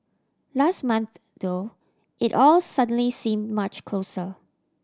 last month though it all suddenly seemed much closer